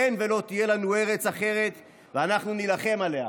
אין ולא תהיה לנו ארץ אחרת, ואנחנו נילחם עליה.